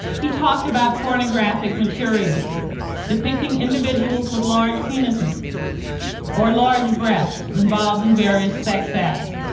he talked about pornographic materials depicting individuals with large penises or large breasts involved in various sex acts.